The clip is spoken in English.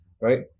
right